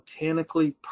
mechanically